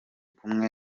kumwe